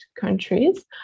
countries